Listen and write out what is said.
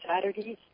Saturdays